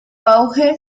auge